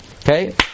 Okay